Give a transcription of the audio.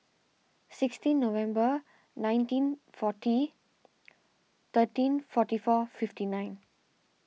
sixteen November nineteen forty thirteen forty four fifty nine